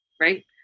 Right